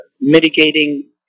mitigating